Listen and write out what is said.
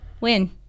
win